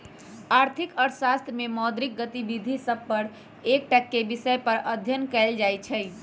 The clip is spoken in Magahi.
आर्थिक अर्थशास्त्र में मौद्रिक गतिविधि सभ पर एकटक्केँ विषय पर अध्ययन कएल जाइ छइ